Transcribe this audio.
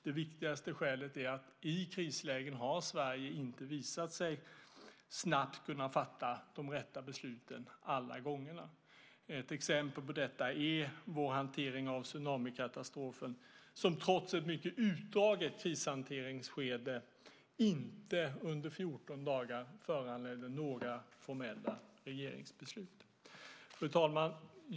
Det viktigaste skälet är att Sverige i krislägen inte har visat sig snabbt kunna fatta de rätta besluten alla gånger. Ett exempel på detta är vår hantering av tsunamikatastrofen, som trots ett mycket utdraget krishanteringsskede inte under 14 dagar föranledde några formella regeringsbeslut. Fru talman!